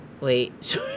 Wait